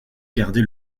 gardait